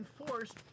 enforced